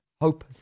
hope